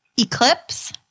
Eclipse